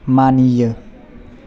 मानियो